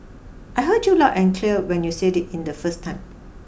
I heard you loud and clear when you said it in the first time